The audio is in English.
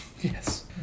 Yes